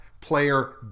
player